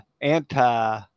anti